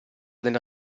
nella